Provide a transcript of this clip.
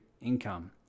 income